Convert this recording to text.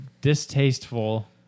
distasteful